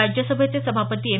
राज्यसभेचे सभापती एम